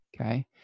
okay